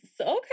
okay